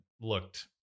looked